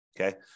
okay